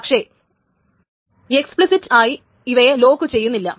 പക്ഷേ എക്സ്പ്ലിസിറ്റ് ആയി ഇവയെ ലോക്കുചെയ്യുന്നില്ല